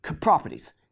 properties